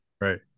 Right